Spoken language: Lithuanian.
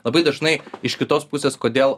labai dažnai iš kitos pusės kodėl